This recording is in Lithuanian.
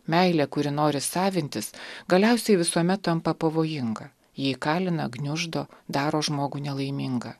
meilė kuri nori savintis galiausiai visuomet tampa pavojinga ji įkalina gniuždo daro žmogų nelaimingą